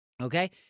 Okay